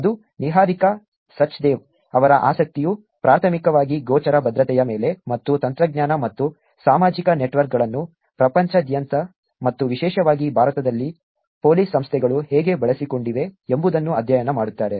ಅದು ನಿಹಾರಿಕಾ ಸಚ್ದೇವ ಅವರ ಆಸಕ್ತಿಯು ಪ್ರಾಥಮಿಕವಾಗಿ ಗೋಚರ ಭದ್ರತೆಯ ಮೇಲೆ ಮತ್ತು ತಂತ್ರಜ್ಞಾನ ಮತ್ತು ಸಾಮಾಜಿಕ ನೆಟ್ವರ್ಕ್ಗಳನ್ನು ಪ್ರಪಂಚದಾದ್ಯಂತ ಮತ್ತು ವಿಶೇಷವಾಗಿ ಭಾರತದಲ್ಲಿ ಪೊಲೀಸ್ ಸಂಸ್ಥೆಗಳು ಹೇಗೆ ಬಳಸಿಕೊಂಡಿವೆ ಎಂಬುದನ್ನು ಅಧ್ಯಯನ ಮಾಡುತ್ತದೆ